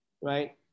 right